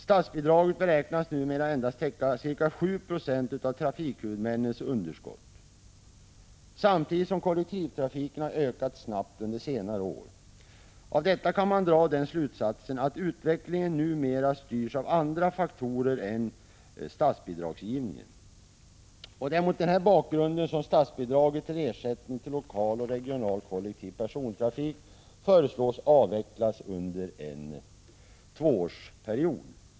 Statsbidraget beräknas numera täcka endast ca 7 20 av trafikhuvudmännens underskott, samtidigt som kollektivtrafiken har ökat snabbt under senare år. Av detta kan man dra den 107 slutsatsen att utvecklingen numera styrs av andra faktorer än statsbidragsgivningen. Det är mot den bakgrunden som statsbidraget till ersättning till lokal och regional kollektiv persontrafik föreslås bli avvecklat under en tvåårsperiod.